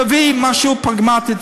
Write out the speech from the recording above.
תביא משהו פרגמטי,